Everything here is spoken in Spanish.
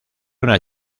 una